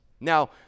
Now